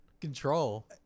Control